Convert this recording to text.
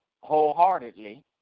wholeheartedly